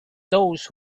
those